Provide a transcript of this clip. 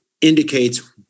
indicates